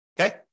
okay